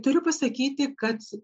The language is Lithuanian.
turiu pasakyti kad